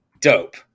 dope